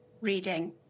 reading